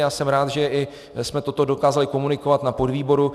Já jsem rád, že i jsme toto dokázali komunikovat na podvýboru.